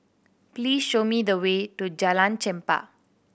please show me the way to Jalan Chempah